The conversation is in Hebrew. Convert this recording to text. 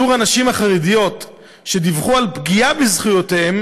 שיעור הנשים החרדיות שדיווחו על פגיעה בזכויותיהן